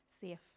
safe